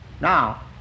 Now